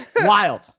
Wild